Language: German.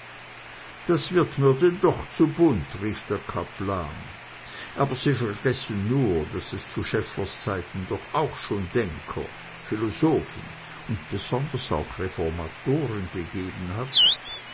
das wird mir denn doch zu bunt rief der kaplan aber sie vergessen nur daß es zu schefflers zeiten doch auch schon denker philosophen und besonders auch reformatoren gegeben hat